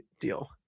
deal